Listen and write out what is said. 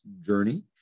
journey